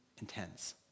intense